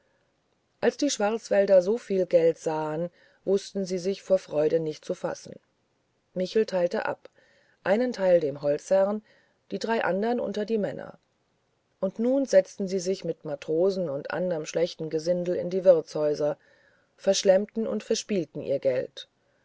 als die schwarzwälder so viel geld sahen wußten sie sich vor freude nicht zu fassen michel teilte ab einen teil dem holzherrn die drei andern unter die männer und nun setzten sie sich mit matrosen und anderem schlechtem gesindel in die wirtshäuser verschlemmten und verspielten ihr geld